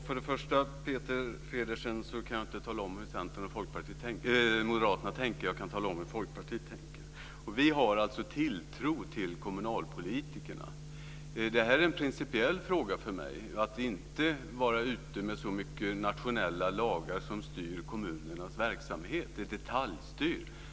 Fru talman! Jag kan inte tala om hur Centern och Moderaterna tänker - jag kan tala om hur Folkpartiet tänker. Vi har alltså tilltro till kommunpolitikerna. Det här är en principiell fråga för mig, att det inte ska finnas så mycket nationella lagar som styr kommunernas verksamhet, inte vara så detaljstyrt.